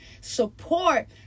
support